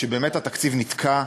שבאמת התקציב נתקע,